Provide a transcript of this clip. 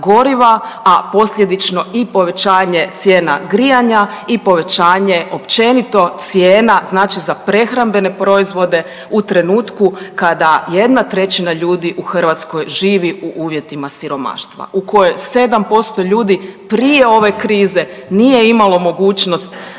a posljedično i povećanje cijena grijanja i povećanje, općenito, cijena, znači za prehrambene proizvode u trenutku kada jedna trećina ljudi u Hrvatskoj živi u uvjetima siromaštva u koje 7% ljudi prije ove krize nije imalo mogućnost